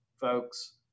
folks